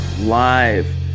live